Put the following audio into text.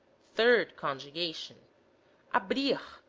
third conjugation abrir,